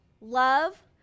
love